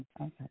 Okay